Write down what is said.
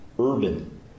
urban